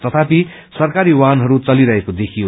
तथापि सरकारी वाहनहरू चलिरहेको देखियो